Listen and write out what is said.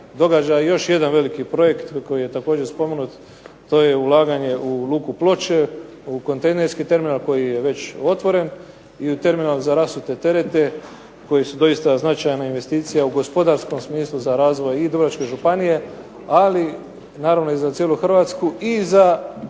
događa još jedan veliki projekt koji je također spomenut, to je ulaganje u Luku Ploče, u kontejnerski terminal koji je već otvoren i u terminal za rasute terete koji su doista značajna investicija u gospodarskom smislu za razvoj i Dubrovačke županije, ali naravno i za cijelu Hrvatsku i za regiju.